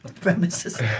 ...premises